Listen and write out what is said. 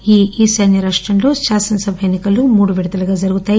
ఈ ఈశాన్న రాష్టంలో శాసనసభ ఎన్ని కలు మూడు విడతలుగా జరుగుతాయి